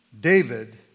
David